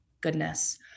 goodness